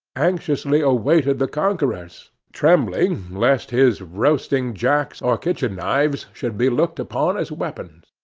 anxiously awaited the conquerors, trembling lest his roasting-jacks or kitchen knives should be looked upon as weapons.